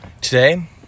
Today